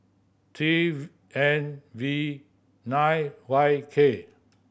three N V nine Y K